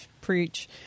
Preach